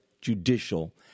judicial